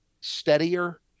steadier